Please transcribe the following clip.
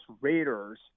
Raiders